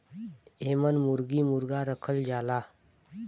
एमन मुरगी मुरगा रखल जाला